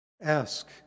ask